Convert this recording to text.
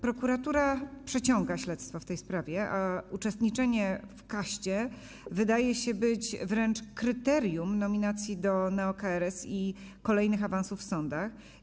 Prokuratura przeciąga śledztwo w tej sprawie, a uczestniczenie w kaście wydaje się wręcz kryterium nominacji do neo-KRS i kolejnych awansów w sądach.